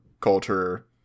culture